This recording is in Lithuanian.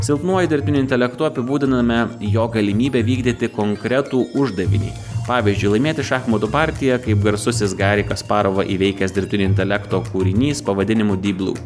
silpnuoju dirbtiniu intelektu apibūdiname jo galimybę vykdyti konkretų uždavinį pavyzdžiui laimėti šachmatų partiją kaip garsusis gari kasparova įveikęs dirbtinio intelekto kūrinys pavadinimu deep blue